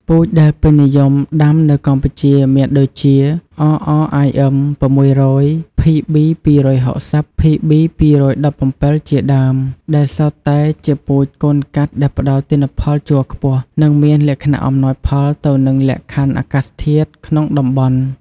ពូជដែលពេញនិយមដាំនៅកម្ពុជាមានដូចជា RRIM 600, PB 260, PB 217 ជាដើម ដែលសុទ្ធតែជាពូជកូនកាត់ដែលផ្តល់ទិន្នផលជ័រខ្ពស់ និងមានលក្ខណៈអំណោយផលទៅនឹងលក្ខខណ្ឌអាកាសធាតុក្នុងតំបន់។